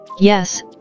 Yes